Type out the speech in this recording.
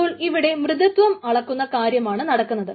അപ്പോൾ ഇവിടെ മൃദുത്തം അളക്കുന്ന കാര്യമാണ് നടക്കുന്നത്